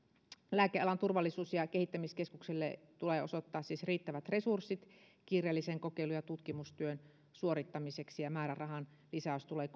lääkealan turvallisuus ja ja kehittämiskeskukselle tulee osoittaa siis riittävät resurssit kiireellisen kokeilu ja tutkimustyön suorittamiseksi ja määrärahan lisäys tulee